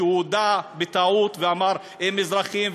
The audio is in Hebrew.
הודה בטעות ואמר: הם אזרחים,